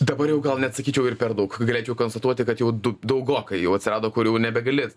dabar jau gal net sakyčiau ir per daug galėčiau konstatuoti kad jau du daugokai jau atsirado kur jau nebegali